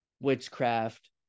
witchcraft